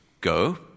go